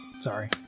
Sorry